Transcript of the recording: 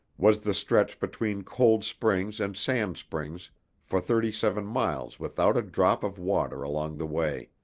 was the stretch between cold springs and sand springs for thirty-seven miles without a drop of water along the way.